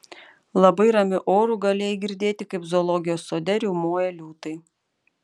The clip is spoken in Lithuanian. labai ramiu oru galėjai girdėti kaip zoologijos sode riaumoja liūtai